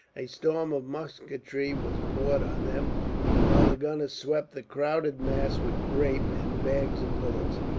a storm of musketry was poured on them while the gunners swept the crowded mass with grape, and bags of bullets.